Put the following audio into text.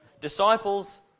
Disciples